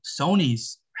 sony's